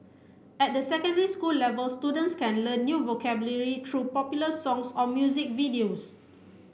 at the secondary school level students can learn new vocabulary through popular songs or music videos